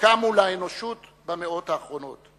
שקמו לאנושות במאות האחרונות.